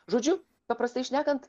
žodžiu paprastai šnekant